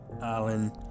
island